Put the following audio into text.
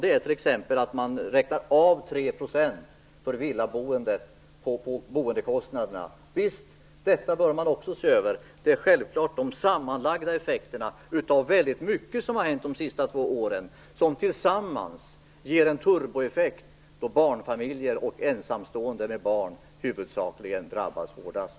En sådan är att man räknar av 3 % för villaboende på boendekostnaderna. Detta bör man också se över. Väldigt mycket av det som har hänt de senaste två åren ger tillsammans en turboeffekt. Barnfamiljer och ensamstående med barn, huvudsakligen, drabbas hårdast.